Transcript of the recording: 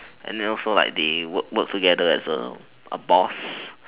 and then also like they work work together as a a boss